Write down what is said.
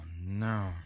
no